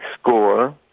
score